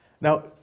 Now